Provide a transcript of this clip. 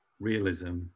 realism